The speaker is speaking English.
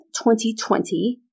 2020